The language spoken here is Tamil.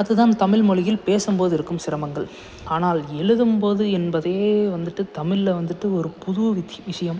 அது தான் தமிழ் மொழியில் பேசும் போது இருக்கும் சிரமங்கள் ஆனால் எழுதும் போது என்பதே வந்துட்டு தமிழ்ல வந்துட்டு ஒரு புது வித் விஷயம்